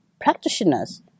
practitioners